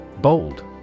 Bold